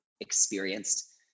experienced